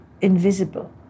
invisible